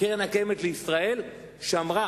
קרן קיימת לישראל שמרה